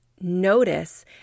notice